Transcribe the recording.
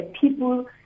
people